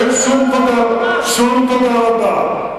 אין שום תודה, שום תודה רבה.